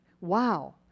Wow